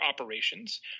operations